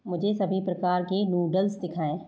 मुझे सभी प्रकार के नूडल्स दिखाएँ